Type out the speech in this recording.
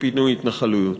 בפינוי התנחלויות.